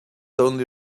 only